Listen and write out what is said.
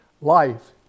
Life